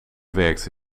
werkte